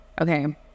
Okay